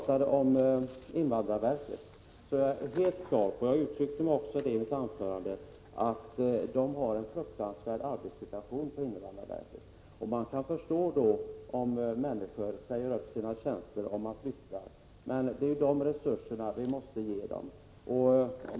Jag är helt på det klara med — det uttryckte jag också i mitt anförande — att man har en fruktansvärd arbetssituation på invandrarverket. Man kan förstå om människor då säger upp sina tjänster och flyttar. Vi måste ge invandrarverket de resurser som behövs.